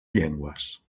llengües